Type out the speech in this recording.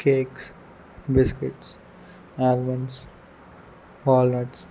cakes biscuits almonds walnuts